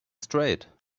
straight